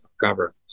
Cover